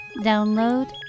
Download